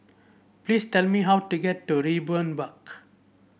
please tell me how to get to Raeburn Park